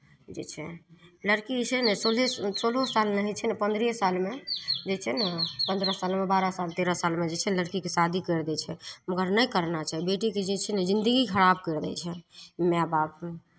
जे छै लड़की छै ने सोचै सोलहे सोलहो सालमे जे छै नहि पन्द्रहे सालमे जे छै ने पन्द्रह सालमे बारह साल तेरह सालमे जे छै ने लड़कीके शादी करि दै छै मगर नहि करना चाही बेटीके जे छै नै जिन्दगी खराब कए दै छै माय बाप